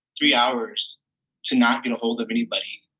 three hours to not get a hold of anybody.